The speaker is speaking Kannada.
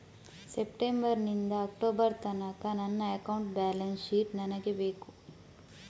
ಸೆಪ್ಟೆಂಬರ್ ನಿಂದ ಅಕ್ಟೋಬರ್ ತನಕ ನನ್ನ ಅಕೌಂಟ್ ಬ್ಯಾಲೆನ್ಸ್ ಶೀಟ್ ನನಗೆ ಬೇಕು